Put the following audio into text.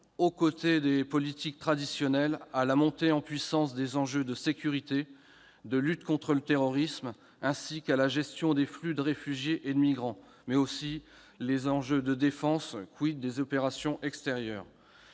aux côtés des politiques traditionnelles, à la montée en puissance de certains enjeux : sécurité, lutte contre le terrorisme, gestion des flux de réfugiés et de migrants ou enjeux de défense- des opérations extérieures